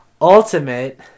ultimate